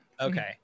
Okay